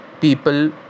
people